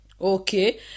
Okay